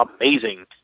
amazing